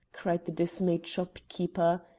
cried the dismayed shopkeeper.